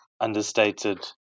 understated